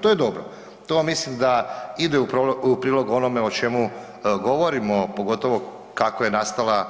To je dobro, to mislim da ide u prilog onome o čemu govorimo pogotovo kako je nastala